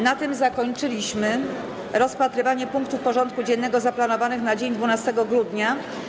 Na tym zakończyliśmy rozpatrywanie punktów porządku dziennego zaplanowanych na dzień 12 grudnia.